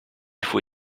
faut